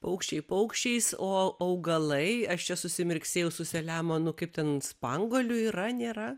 paukščiai paukščiais o augalai aš čia susimirksėjau su saliamonu kaip ten spanguolių yra nėra